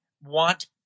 want